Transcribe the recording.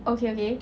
okay okay